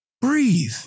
breathe